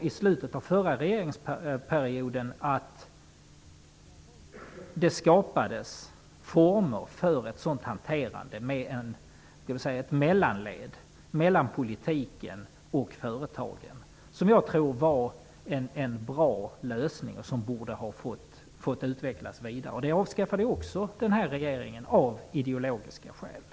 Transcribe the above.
I slutet av förra regeringsperioden skapades det former för ett sådant hanterande med ett ''mellanled'' mellan politiken och företagen. Det tror jag var en bra lösning som borde ha fått utvecklas vidare. Det avskaffade den här regeringen också av ideologiska skäl.